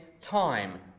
time